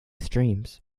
streams